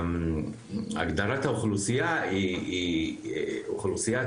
בגדול הגדרת האוכלוסייה היא אוכלוסיית